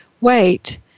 wait